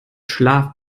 schlaf